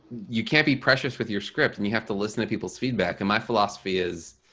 you can't be precious with your script and you have to listen to people's feedback and my philosophy is,